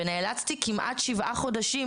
ונאלצתי כמעט שבעה חודשים,